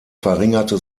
verringerte